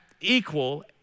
equal